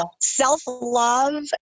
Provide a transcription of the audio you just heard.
self-love